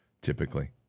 typically